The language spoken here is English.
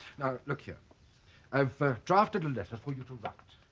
look here i've drafted a letter for you to but